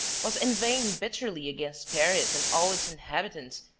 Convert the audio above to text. was inveighing bitterly against paris and all its inhabitants,